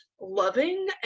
loving